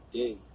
day